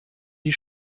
die